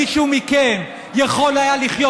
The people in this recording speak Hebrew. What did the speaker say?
מישהו מכם יכול היה לחיות